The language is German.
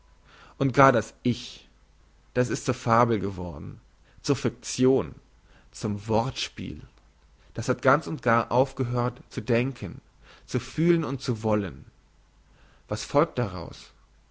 und gar das ich das ist zur fabel geworden zur fiktion zum wortspiel das hat ganz und gar aufgehört zu denken zu fühlen und zu wollen was folgt daraus